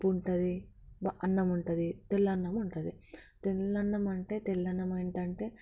పప్పు ఉంటుంది అన్నం ఉంటుంది తెల్ల అన్నం ఉంటుంది తెల్ల అన్నం అంటే తెల్ల అన్నం ఏంటంటే